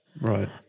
Right